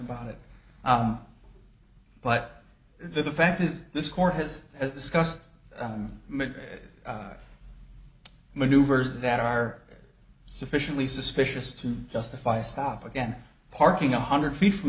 about it but the fact is this court has as discussed maneuvers that are sufficiently suspicious to justify stop again parking a hundred feet from